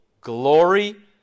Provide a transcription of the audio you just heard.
glory